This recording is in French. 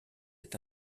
est